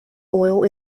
oil